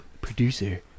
producer